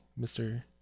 Mr